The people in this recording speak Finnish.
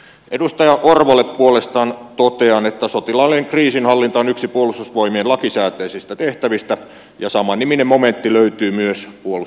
edustaja orvolle puolestaan totean että sotilaallinen kriisinhallinta on yksi puolustusvoimien lakisääteisistä tehtävistä ja samanniminen momentti löytyy myös puolustusbudjetista